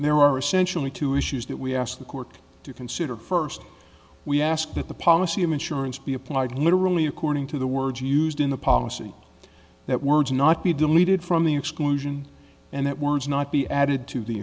policy there are essentially two issues that we ask the court to consider first we ask that the policy of insurance be applied literally according to the words used in the policy that words not be deleted from the exclusion and that words not be added to the